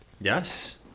Yes